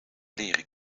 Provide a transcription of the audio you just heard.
leren